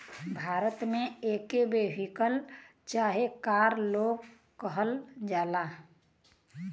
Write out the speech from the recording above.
भारत मे एके वेहिकल चाहे कार लोन कहल जाला